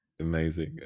amazing